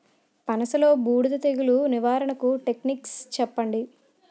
పనస లో బూడిద తెగులు నివారణకు టెక్నిక్స్ చెప్పండి?